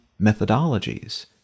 methodologies